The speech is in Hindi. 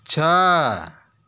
छ